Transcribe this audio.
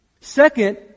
Second